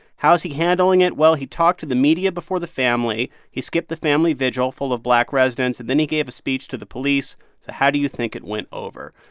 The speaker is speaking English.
how's he handling it? well, he talked to the media before the family. he skipped the family vigil full of black residents. and then he gave a speech to the police. so how do you think it went over?